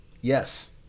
yes